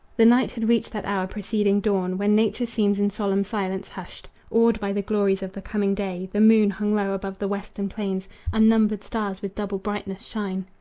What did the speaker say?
the night had reached that hour preceding dawn when nature seems in solemn silence hushed, awed by the glories of the coming day. the moon hung low above the western plains unnumbered stars with double brightness shine,